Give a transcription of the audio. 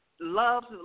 Loves